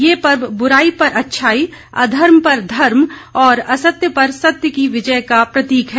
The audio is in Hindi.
ये पर्व बुराई पर अच्छाई अधर्म पर धर्म और असत्य पर सत्य की विजय का प्रतीक है